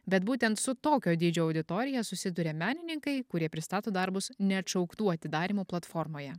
bet būtent su tokio dydžio auditorija susiduria menininkai kurie pristato darbus neatšauktų atidarymų platformoje